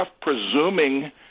presuming